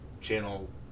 Channel